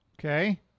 Okay